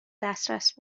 دسترس